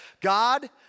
God